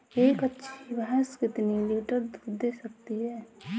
एक अच्छी भैंस कितनी लीटर दूध दे सकती है?